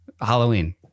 Halloween